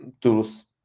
tools